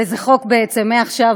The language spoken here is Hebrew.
זה חוק בעצם מעכשיו,